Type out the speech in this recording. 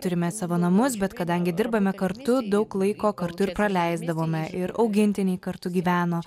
turime savo namus bet kadangi dirbame kartu daug laiko kartu ir praleisdavome ir augintiniai kartu gyveno